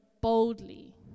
boldly